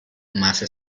masa